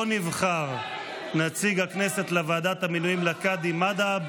לא נבחר נציג הכנסת לוועדת המינויים לקאדי מד'הב,